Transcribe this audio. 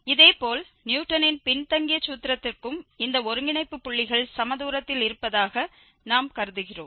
இதேபோல் நியூட்டனின் பின்தங்கிய சூத்திரத்திற்கும் இந்த ஒருங்கிணைப்பு புள்ளிகள் சமதூரத்தில் இருப்பதாக நாம் கருதுகிறோம்